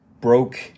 broke